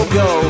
go